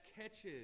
catches